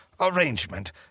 Arrangement